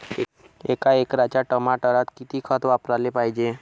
एका एकराच्या टमाटरात किती खत वापराले पायजे?